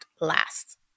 last